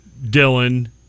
dylan